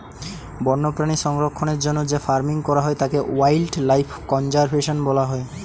বন্যপ্রাণী সংরক্ষণের জন্য যে ফার্মিং করা হয় তাকে ওয়াইল্ড লাইফ কনজার্ভেশন বলা হয়